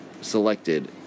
selected